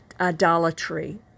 idolatry